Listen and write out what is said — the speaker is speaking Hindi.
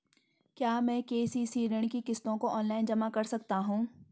क्या मैं के.सी.सी ऋण की किश्तों को ऑनलाइन जमा कर सकता हूँ?